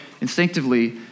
instinctively